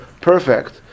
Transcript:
perfect